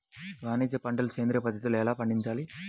వాణిజ్య పంటలు సేంద్రియ పద్ధతిలో ఎలా పండించాలి?